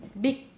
big